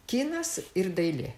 kinas ir dailė